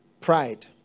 Pride